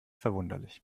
verwunderlich